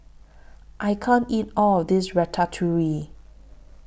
I can't eat All of This Ratatouille